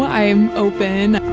i am open.